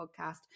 podcast